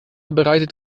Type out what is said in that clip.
bereitet